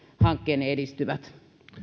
hankkeenne edistyvät